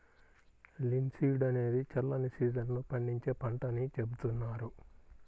linseed అనేది చల్లని season లో పండించే పంట అని చెబుతున్నారు